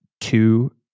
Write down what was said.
two